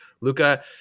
luca